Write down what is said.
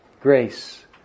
Grace